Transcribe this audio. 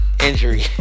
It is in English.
injury